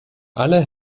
alle